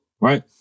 right